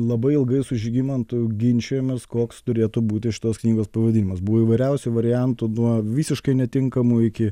labai ilgai su žygimantu ginčijomės koks turėtų būti šitos knygos pavadinimas įvairiausių variantų nuo visiškai netinkamų iki